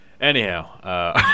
Anyhow